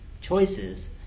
choices